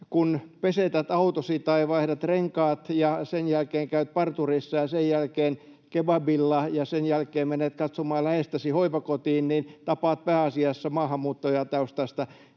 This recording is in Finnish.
kun pesetät autosi tai vaihdatat renkaat ja sen jälkeen käyt parturissa ja sen jälkeen kebabilla ja sen jälkeen menet katsomaan läheistäsi hoivakotiin, niin tapaat pääasiassa maahanmuuttajataustaista